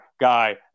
guy